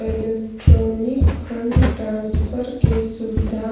electronic fund transfer के सुविधा